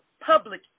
public